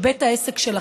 של בית העסק שלכם.